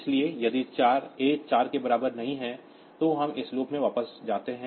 इसलिए यदि A 4 के बराबर नहीं है तो हम इस लूप में वापस जाते हैं